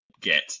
get